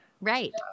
right